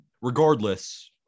Regardless